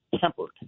tempered